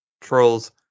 Trolls